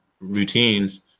Routines